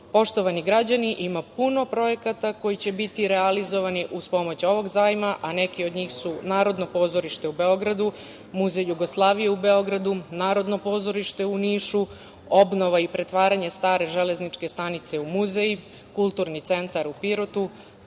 evra. Poštovani građani, ima puno projekata koji će biti realizovani uz pomoć ovog zajma, a neki od njih su: Narodno pozorište u Beogradu, Muzej Jugoslavije u Beogradu, Narodno pozorište u Nišu, obnova i pretvaranje stare Železničke stanice u muzej, Kulturni centar u Pirotu.